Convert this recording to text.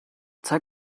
zeig